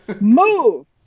Move